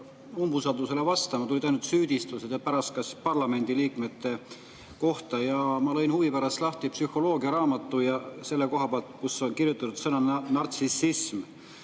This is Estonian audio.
Ma lõin huvi pärast lahti psühholoogia raamatu selle koha pealt, kus on kirjutatud sõna "nartsissism",